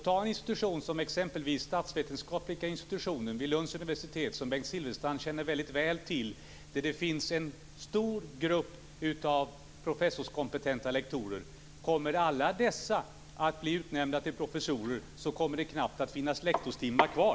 Ta en institution som exempelvis statsvetenskapliga institutionen vid Lunds universitet som Bengt Silfverstrand känner väldigt väl till. Där finns det en stor grupp professorskompetenta lektorer. Kommer alla dessa att bli utnämnda till professorer så kommer det knappt att finnas lektorstimmar kvar.